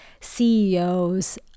CEOs